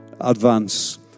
advance